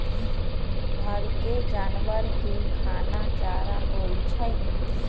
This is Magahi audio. घर के जानवर के खाना चारा होई छई